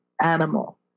animal